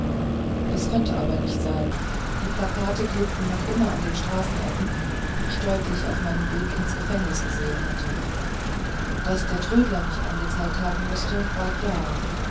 das konnte aber nicht sein die plakate klebten noch immer an den straßenecken wie ich deutlich auf meinem weg ins gefängnis gesehen hatte daß der trödler mich angezeigt haben mußte war klar